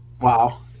Wow